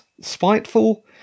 spiteful